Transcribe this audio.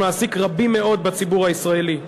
מעסיק רבים מאוד בציבור הישראלי.